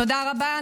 תודה רבה.